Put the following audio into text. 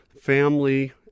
family